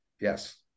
yes